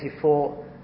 1984